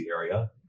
area